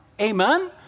Amen